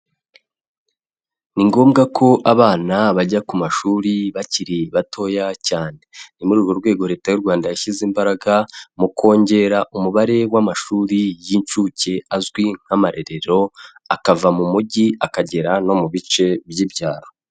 Ni ngombwa ko abana bajya ku mashuri bakiri batoya cyane. Ni muri urwo rwego leta y'u Rwanda yashyize imbaraga mu kongera umubare w'amashuri y'incuke azwi nk'amarerero, akava mu mujyi akagera no mu bice by'ibyaro.